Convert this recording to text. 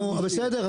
נו בסדר,